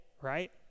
right